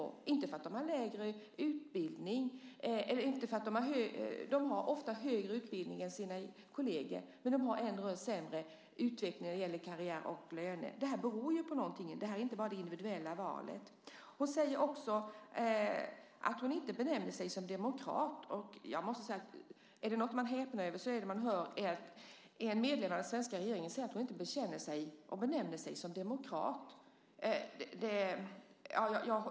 Det beror inte på att de har lägre utbildning; de har ofta högre utbildning än sina manliga kolleger. Ändå har de en sämre utveckling när det gäller karriär och löner. Det beror ju på någonting. Det är inte bara det individuella valet. Hon säger också att hon inte benämner sig demokrat. Jag måste säga att man häpnar när man hör en medlem av den svenska regeringen säga att hon inte benämner sig demokrat.